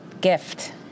gift